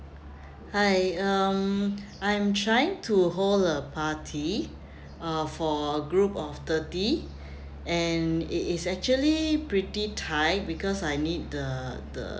hi um I am trying to hold a party uh for a group of thirty and it is actually pretty tight because I need the the